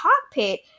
cockpit